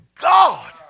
god